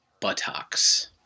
buttocks